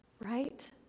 Right